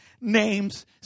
name's